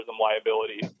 liability